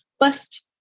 first